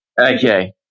Okay